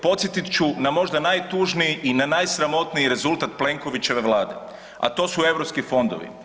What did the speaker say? Podsjetit ću na možda najtužniji i na najsramotniji rezultat Plenkovićeve vlade, a to su europski fondovi.